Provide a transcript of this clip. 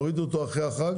והורידו אותו אחרי החג